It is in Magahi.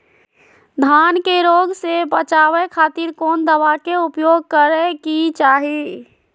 धान के रोग से बचावे खातिर कौन दवा के उपयोग करें कि चाहे?